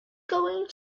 going